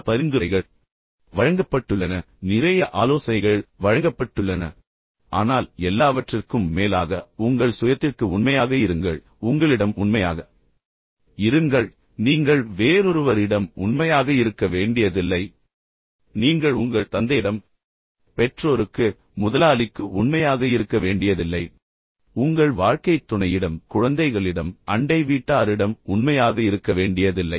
பல பரிந்துரைகள் வழங்கப்பட்டுள்ளன நிறைய ஆலோசனைகள் வழங்கப்பட்டுள்ளன ஆனால் எல்லாவற்றிற்கும் மேலாக உங்களுக்குச் சொல்லப்பட்ட அனைத்தும் உங்கள் சுயத்திற்கு உண்மையாக இருங்கள் உங்களிடம் உண்மையாக இருங்கள் நீங்கள் வேறொருவரிடம் உண்மையாக இருக்க வேண்டியதில்லை நீங்கள் உங்கள் தந்தையிடம் உண்மையாக இருக்க வேண்டியதில்லை நீங்கள் உங்கள் பெற்றோருக்கு உண்மையாக இருக்க வேண்டியதில்லை நீங்கள் உங்கள் முதலாளிக்கு உண்மையாக இருக்க வேண்டியதில்லை நீங்கள் உங்கள் வாழ்க்கைத் துணையிடம் உண்மையாக இருக்க வேண்டியதில்லை உங்கள் குழந்தைகளிடம் நீங்கள் உண்மையாக இருக்க வேண்டியதில்லை உங்கள் அண்டை வீட்டாரிடம் நீங்கள் உண்மையாக இருக்க வேண்டியதில்லை